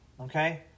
okay